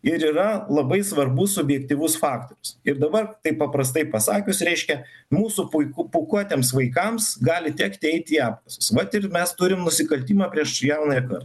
ir yra labai svarbus subjektyvus faktorius ir dabar taip paprastai pasakius reiškia mūsų puiku pūkuotiems vaikams gali tekti eiti į apkasus vat ir mes turim nusikaltimą prieš jaunąją kartą